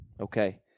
Okay